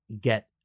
get